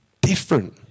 different